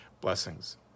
Blessings